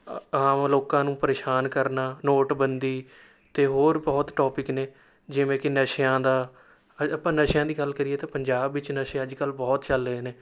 ਅ ਆਮ ਲੋਕਾਂ ਨੂੰ ਪਰੇਸ਼ਾਨ ਕਰਨਾ ਨੋਟਬੰਦੀ ਅਤੇ ਹੋਰ ਬਹੁਤ ਟੋਪਿਕ ਨੇ ਜਿਵੇਂ ਕਿ ਨਸ਼ਿਆਂ ਦਾ ਆਪਾਂ ਨਸ਼ਿਆਂ ਦੀ ਗੱਲ ਕਰੀਏ ਤਾਂ ਪੰਜਾਬ ਵਿੱਚ ਨਸ਼ੇ ਅੱਜ ਕੱਲ੍ਹ ਬਹੁਤ ਚੱਲ ਰਹੇ ਨੇ